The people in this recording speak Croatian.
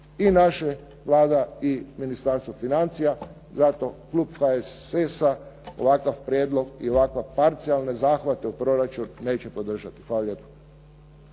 i naša Vlada i ministarstvo financija. Zato Klub HSS-a ovakav prijedlog i ovakve parcijalne zahvate u proračun neće podržati, hvala